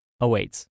awaits